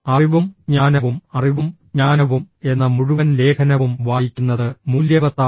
അറിവും ജ്ഞാനവും അറിവും ജ്ഞാനവും എന്ന മുഴുവൻ ലേഖനവും വായിക്കുന്നത് മൂല്യവത്താണ്